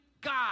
God